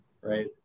right